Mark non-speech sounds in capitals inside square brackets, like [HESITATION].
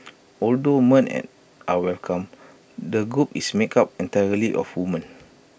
although men [HESITATION] are welcome the group is made up entirely of women